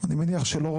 אני מניח שלא רחוק.